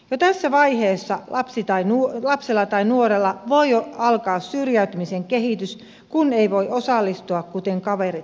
jo tässä vaiheessa lapsella tai nuorella voi alkaa syrjäytymisen kehitys kun ei voi osallistua kuten kaverit